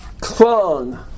clung